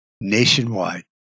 nationwide